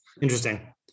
Interesting